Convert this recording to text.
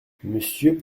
monsieur